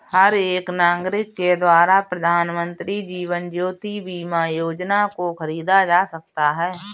हर एक नागरिक के द्वारा प्रधानमन्त्री जीवन ज्योति बीमा योजना को खरीदा जा सकता है